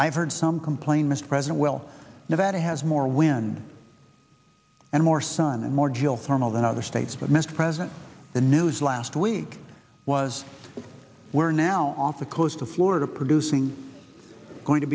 i've heard some complain mr president will know that it has more wind and more sun and more geothermal than other states but mr president the news last week was we're now off the coast of florida producing going to